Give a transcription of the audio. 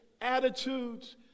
attitudes